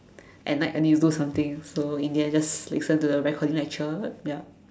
at night I need to do something so in the end just listen to the recording lecture ya